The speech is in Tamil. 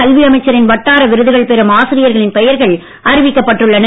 கல்வி அமைச்சரின் வட்டார விருதுகள் பெறும் ஆசிரியர்களின் பெயர்கள் அறிவிக்கப்பட்டுள்ளன